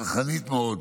צרכנית מאוד,